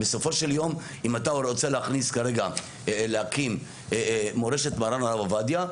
בסופו של יום אם אתה רוצה להקים מורשת מרן הרב עובדיה,